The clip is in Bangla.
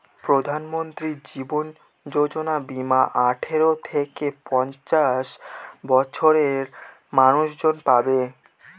প্রধানমন্ত্রী জীবন যোজনা বীমা আঠারো থেকে পঞ্চাশ বছরের মানুষজন পাবে